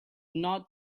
not